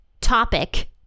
topic